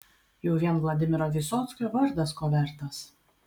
jau vien vladimiro vysockio vardas ko vertas